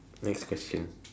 next question